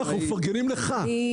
אנחנו מפרגנים לך,